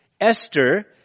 Esther